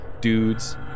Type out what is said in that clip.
dudes